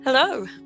Hello